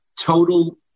Total